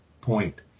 point